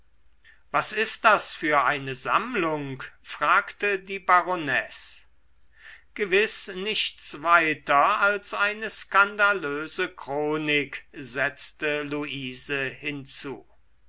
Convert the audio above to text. was ist es für eine sammlung fragte die baronesse gewiß nichts weiter als eine skandalöse chronik setzte luise hinzu